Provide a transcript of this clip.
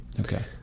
Okay